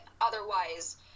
otherwise